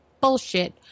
Bullshit